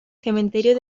cementerio